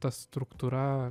ta struktūra